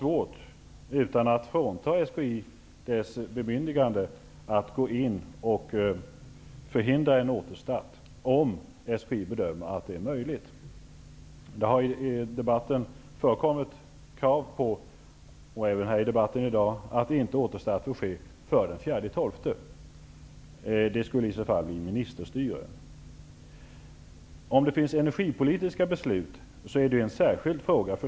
Utan att frånta SKI dess bemyndigande har regeringen svårt att förhindra en återstart, om SKI bedömer att det är möjligt. Det har i debatten förekommit krav på -- det har även nämnts här i dag -- att återstart inte får ske före den 4 december. Det skulle i så fall bli ministerstyre. Om det finns energipolitiska beslut är det en särskild fråga i sig.